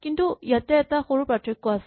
কিন্তু ইয়াতে এটা সৰু পাৰ্থক্য আছে